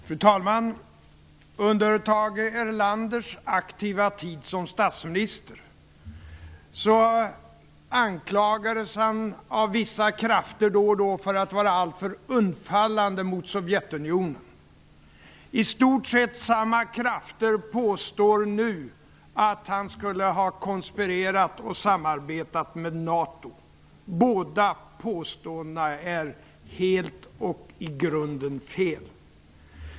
Fru talman! Under Tage Erlanders aktiva tid som statsminister anklagades han då och då av vissa krafter för att vara alltför undfallande mot Sovjetunionen. I stort sett samma krafter påstår nu att han skulle ha konspirerat och samarbetat med NATO. Båda påståendena är helt och i grunden felaktiga.